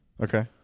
Okay